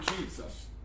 Jesus